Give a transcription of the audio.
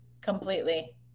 Completely